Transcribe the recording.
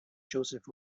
joseph